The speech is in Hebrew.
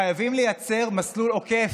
חייבים לייצר מסלול עוקף.